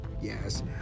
yes